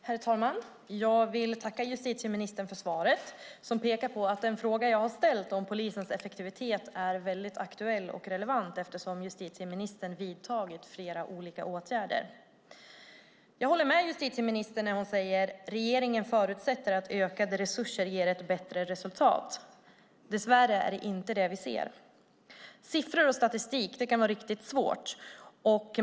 Herr talman! Jag vill tacka justitieministern för svaret. Det pekar på att den fråga jag har ställt om polisens effektivitet är aktuell och relevant eftersom justitieministern har vidtagit flera åtgärder. Jag håller med justitieministern när hon säger att regeringen förutsätter att ökade resurser ger ett bättre resultat. Dess värre är det inte vad vi ser. Siffror och statistik kan vara riktigt svårt.